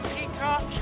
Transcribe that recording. Peacock